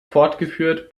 fortgeführt